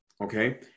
Okay